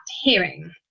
hearing